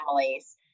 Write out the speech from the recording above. families